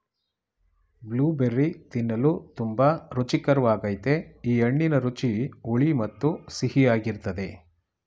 blueberry ತಿನ್ನಲು ತುಂಬಾ ರುಚಿಕರ್ವಾಗಯ್ತೆ ಈ ಹಣ್ಣಿನ ರುಚಿ ಹುಳಿ ಮತ್ತು ಸಿಹಿಯಾಗಿರ್ತದೆ